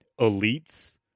elites